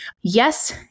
Yes